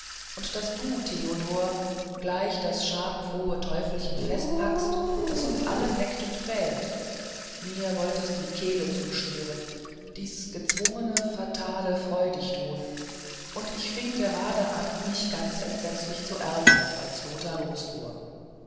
und daß du theodor gleich das schadenfrohe teufelchen festpackst das uns alle neckt und quält mir wollt es die kehle zuschnüren dies gezwungene fatale freudigtun und ich fing gerade an mich ganz entsetzlich zu ärgern als lothar losfuhr